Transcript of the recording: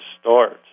starts